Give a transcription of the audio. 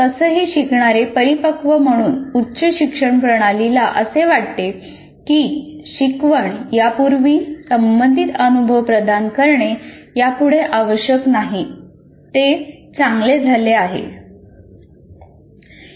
कसंही शिकणारे परिपक्व म्हणून उच्च शिक्षण प्रणालीला असे वाटते की शिकवण यापूर्वी संबंधित अनुभव प्रदान करणे यापुढे आवश्यक नाही आणि ते चांगले झाले आहे